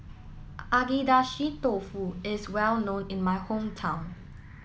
Agedashi Dofu is well known in my hometown